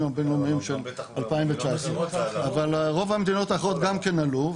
הבינלאומיים של 2019. אבל רוב המדינות האחרות גם כן עלו,